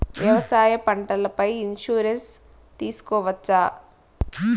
వ్యవసాయ పంటల పై ఇన్సూరెన్సు తీసుకోవచ్చా?